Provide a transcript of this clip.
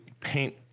paint